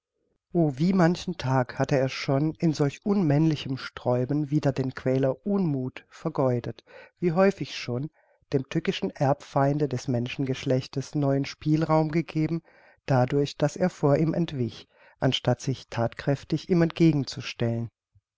o wie manchen tag hatte er schon in solch unmännlichem sträuben wider den quäler unmuth vergeudet wie häufig schon dem tückischen erbfeinde des menschengeschlechtes neuen spielraum gegeben dadurch daß er vor ihm entwich anstatt sich thatkräftig ihm entgegen